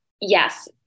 yes